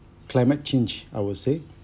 climate change I would say